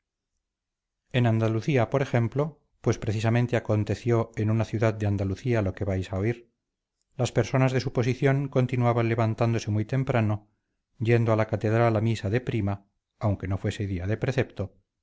ciudad de andalucía lo que vais a oír las personas de suposición continuaban levantándose muy temprano yendo a la catedral a misa de prima aunque no fuese día de precepto